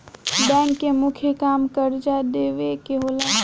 bank के मुख्य काम कर्जा देवे के होला